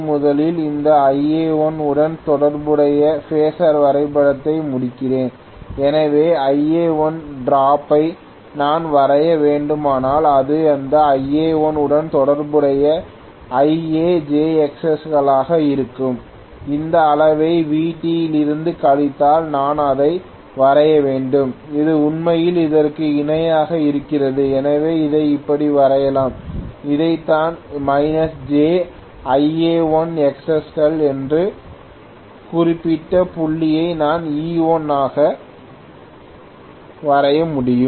முதலில் இந்த Ia1 உடன் தொடர்புடைய பேசார் வரைபடத்தை முடிக்கிறேன் எனவே Ia1 டிராப் ஐ நான் வரைய வேண்டுமானால் அது இந்த Ia1 உடன் தொடர்புடைய IajXs களாக இருக்கும் இந்த அளவை Vt இலிருந்து கழித்தால் நான் அதை வரைய வேண்டும் இது உண்மையில் இதற்கு இணையாக இருக்கிறது எனவே இதை இப்படி வரையலாம் இதுதான் jIa1Xs கள் என்றால் இந்த குறிப்பிட்ட புள்ளியை நான் E1 ஆக வரைய முடியும்